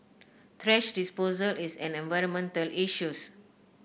thrash disposal is an environmental issues